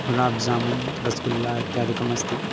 गुलाब् जामून् रस्गुल्ला इत्यादिकम् अस्ति